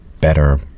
better